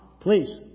Please